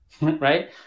right